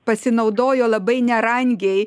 pasinaudojo labai nerangiai